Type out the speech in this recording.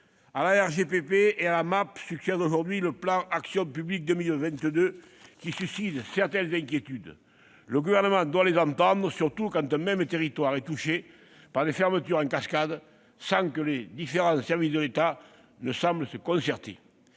publique, la MAP, succède aujourd'hui le plan Action publique 2022, qui suscite certaines inquiétudes. Le Gouvernement doit les entendre, surtout quand un même territoire est touché par des fermetures en cascade sans que les différents services de l'État semblent se concerter.